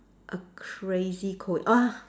a crazy co~ ah